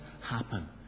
happen